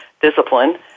discipline